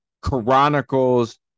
Chronicles